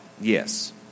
Yes